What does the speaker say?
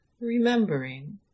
remembering